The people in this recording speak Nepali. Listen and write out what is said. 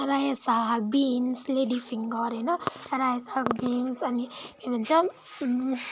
रायो साग बिन्स लेडी फिङ्गर होइन रायो साग बिन्स अनि के भन्छ